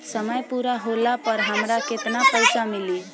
समय पूरा होला पर हमरा केतना पइसा मिली?